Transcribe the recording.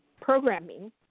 programming